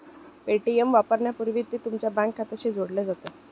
Paytm वापरण्यापूर्वी ते तुमच्या बँक खात्याशी जोडले जाते